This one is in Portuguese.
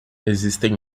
existem